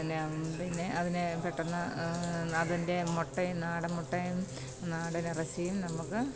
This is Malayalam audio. എന്നാൽ പിന്നെ അതിനെ പെട്ടന്ന് അതിന്റെ മുട്ടയും നാടന് മുട്ടയും നാടൻ ഇറച്ചിയും നമുക്ക്